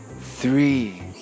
three